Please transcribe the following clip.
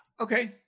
okay